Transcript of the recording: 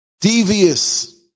Devious